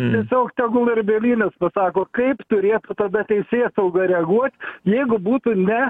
tiesiog tegul ir bielinis pasako kaip turėtų tada teisėsauga reaguot jeigu būtų ne